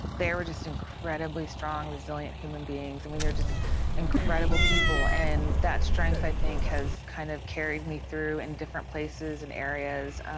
they were just incredibly strong resilient human beings. i mean they are just incredible people and that strength i think has kind of carried me through in different places and areas.